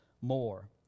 more